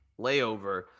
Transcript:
layover